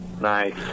Nice